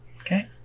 Okay